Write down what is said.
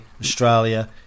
Australia